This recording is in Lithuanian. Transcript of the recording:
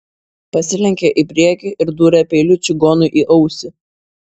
pasilenkė į priekį ir dūrė peiliu čigonui į ausį